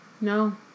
No